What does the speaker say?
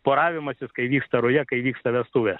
poravimasis kai vyksta ruja kai vyksta vestuvės